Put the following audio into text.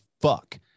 fuck